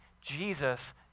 Jesus